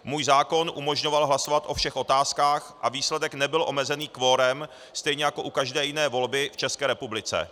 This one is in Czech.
Můj zákon umožňoval hlasovat o všech otázkách a výsledek nebyl omezený kvorem, stejně jako u každé jiné volby v České republice.